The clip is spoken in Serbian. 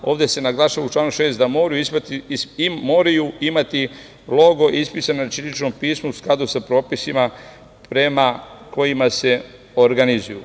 Ovde se naglašava u članu 6. da moraju imati logo ispisan na ćiriličnom pismu u skladu sa propisima prema kojima se organizuju.